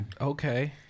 Okay